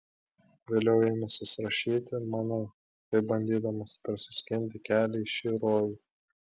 vėliau ėmęsis rašyti manau taip bandydamas prasiskinti kelią į šį rojų